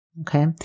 Okay